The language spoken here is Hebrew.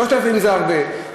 3,000 זה הרבה?